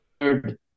third